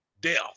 death